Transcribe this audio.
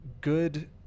good